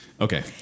okay